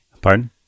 pardon